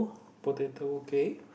potato cake